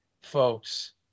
folks